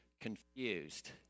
confused